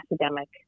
academic